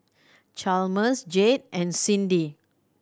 Chalmers Jayde and Cindy